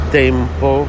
tempo